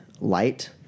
light